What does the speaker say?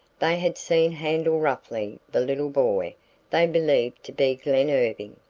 they had seen handle roughly the little boy they believed to be glen irving,